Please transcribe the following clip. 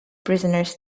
prisoners